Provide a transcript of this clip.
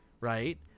right